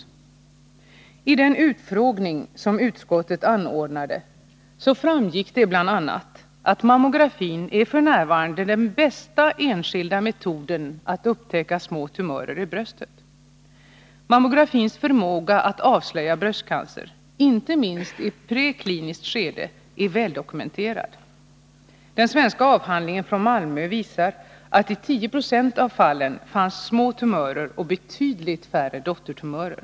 Vid den utfrågning som utskottet anordnade framgick det bl.a. att mammografin f. n. är den bästa enskilda metoden när det gäller att upptäcka små tumörer i bröstet. Mammografins förmåga att avslöja bröstcancer, inte minst i prekliniskt skede, är väldokumenterad. Avhandlingen från Malmö visar att i 10 90 av fallen förekom små tumörer och betydligt färre dottertumörer.